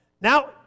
Now